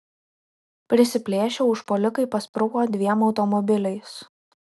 prisiplėšę užpuolikai paspruko dviem automobiliais